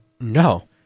no